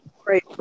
Great